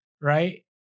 Right